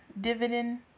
dividend